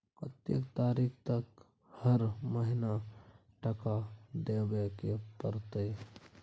कत्ते तारीख तक हर महीना टका देबै के परतै?